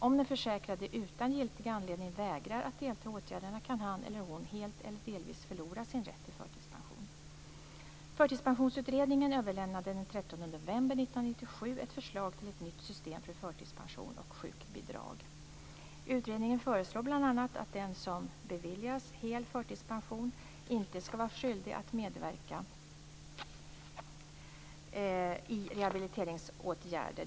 Om den försäkrade utan giltig anledning vägrar att delta i åtgärder kan han eller hon helt eller delvis förlora sin rätt till förtidspension. överlämnade den 13 november 1997 ett förslag till ett nytt system för förtidspension och sjukbidrag. Utredningen föreslår bl.a. att den som beviljats hel förtidspension inte skall vara skyldig att medverka i rehabiliteringsåtgärder.